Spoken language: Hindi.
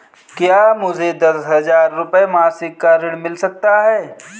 क्या मुझे दस हजार रुपये मासिक का ऋण मिल सकता है?